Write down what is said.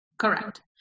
Correct